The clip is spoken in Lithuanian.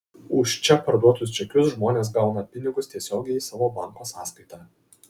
už čia parduotus čekius žmonės gauna pinigus tiesiogiai į savo banko sąskaitą